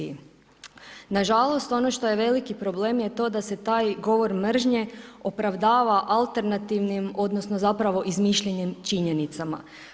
Nažalost, ono što je veliki problem je da se taj govor mržnje opravdava alternativnim odnosno zapravo izmišljenim činjenicama.